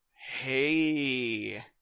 Hey